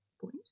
point